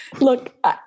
Look